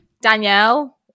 Danielle